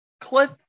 Cliff